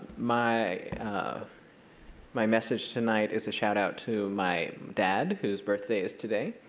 my ah my message tonight is a shout out to my dad whose birthday is today.